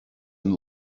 and